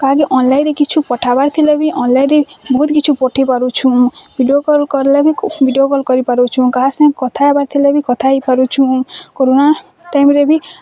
କାହାକେ ଅନ୍ଲାଇନ୍ କିଛି ପଠାବେ କେ ଥିଲେ ବି ଅନ୍ଲାଇନ୍ ବହୁତ୍ କିଛି ପଠେଇ ପାରୁଛୁଁ ଭିଡ଼ିଓ କଲ୍ କଲେ ବି ଭିଡ଼ିଓ କଲ୍ କରି ପାରୁଛୁଁ କାହା ସାଙ୍ଗରେ କଥା ହେବାର ଥିଲେ କଥା ହୋଇ ପାରୁଛୁଁ କୋରନା ଟାଇମ୍ରେ ବି